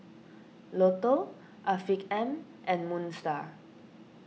Lotto Afiq M and Moon Star